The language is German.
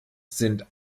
sind